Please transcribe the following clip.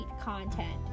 content